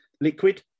liquid